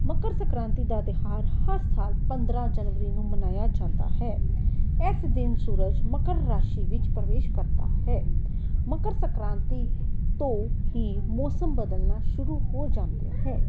ਮਕਰ ਸੰਕ੍ਰਾਂਤੀ ਦਾ ਤਿਉਹਾਰ ਹਰ ਸਾਲ ਪੰਦਰਾਂ ਜਨਵਰੀ ਨੂੰ ਮਨਾਇਆ ਜਾਂਦਾ ਹੈ ਇਸ ਦਿਨ ਸੂਰਜ ਮਕਰ ਰਾਸ਼ੀ ਵਿੱਚ ਪ੍ਰਵੇਸ਼ ਕਰਦਾ ਹੈ ਮਕਰ ਸੰਕ੍ਰਾਂਤੀ ਤੋਂ ਹੀ ਮੌਸਮ ਬਦਲਣਾ ਸ਼ੁਰੂ ਹੋ ਜਾਂਦਾ ਹੈ